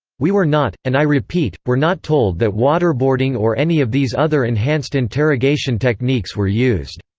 we were not, and i repeat, were not told that waterboarding or any of these other enhanced interrogation techniques were used.